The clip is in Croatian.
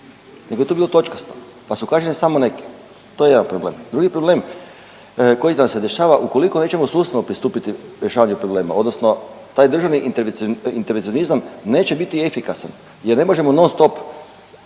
nego je to bilo točkasto, pa su kažnjene samo neke. To je jedan problem. Drugi problem koji nam se dešava ukoliko nećemo sustavno pristupiti rješavanju problema, odnosno taj državni intervencionizam neće biti efikasan jer ne možemo non stop,